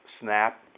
snap